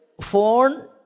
phone